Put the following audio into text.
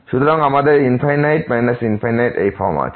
সুতরাং আমাদের ∞∞ এই ফর্ম আছে